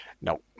No